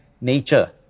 nature